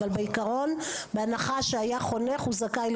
אבל בעיקרון בהנחה שהיה חונך - הוא זכאי.